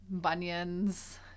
bunions